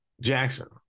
Jackson